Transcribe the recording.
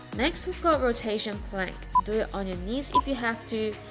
next we've got rotation plank. do it on your knees if you have to,